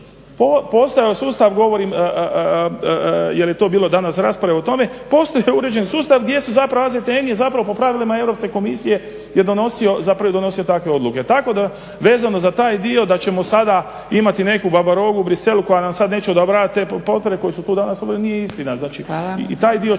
taj sustav, govorim jel je to bilo danas rasprave o tome. Postoji uređen sustav AZTN je po pravilima EU komisije donosio takve odluke. Tako da vezano za taj dio da ćemo sada imati neku babarogu u Bruxellesu koja nam sada neće odobravati te potpore … nije istina. I taj dio će